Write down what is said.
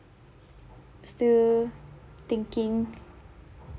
still thinking